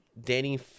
Danny